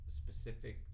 specific